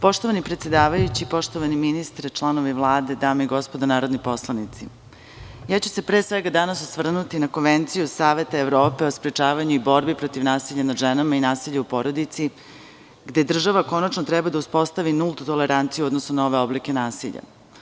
Poštovani predsedavajući, poštovani ministre, članovi Vlade, dame i gospodo narodni poslanici, pre svega ću se osvrnuti na Konvenciju Saveta Evrope o sprečavanju i borbi protiv nasilja nad ženama i nasilja u porodici, gde država treba konačno da uspostavi nultu toleranciju, odnosno nove oblike nasilja.